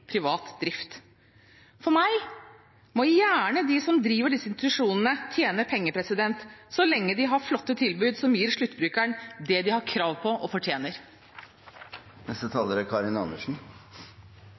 privat drift. For meg må gjerne de som driver disse institusjonene, tjene penger – så lenge de har flotte tilbud som gir sluttbrukeren det den har krav på, og fortjener.